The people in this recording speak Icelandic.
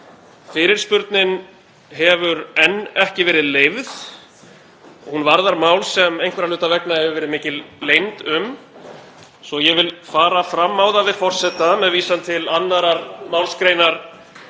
Fyrirspurnin hefur enn ekki verið leyfð og hún varðar mál sem einhverra hluta vegna hefur verið mikil leynd yfir. Ég vil fara fram á það við forseta, með vísan til 2. mgr.